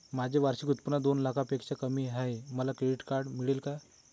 माझे वार्षिक उत्त्पन्न दोन लाखांपेक्षा कमी आहे, मला क्रेडिट कार्ड मिळेल का?